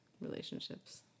relationships